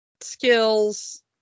skills